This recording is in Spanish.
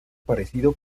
parecido